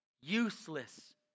useless